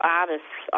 artists